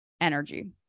energy